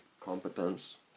Competence